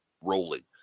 rolling